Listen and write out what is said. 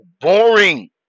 boring